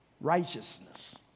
righteousness